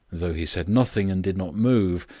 though he said nothing and did not move,